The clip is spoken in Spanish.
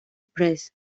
press